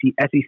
SEC